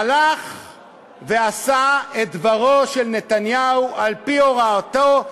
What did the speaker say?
הלך ועשה את דברו של נתניהו על-פי הוראתו,